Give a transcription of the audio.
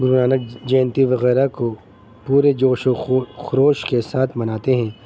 گرو نانک جینتی وغیرہ کو پورے جوش و خروش کے ساتھ مناتے ہیں